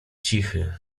cichy